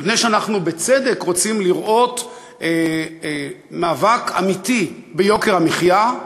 מפני שאנחנו בצדק רוצים לראות מאבק אמיתי ביוקר המחיה,